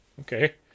Okay